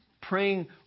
Praying